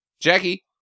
Jackie